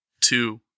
two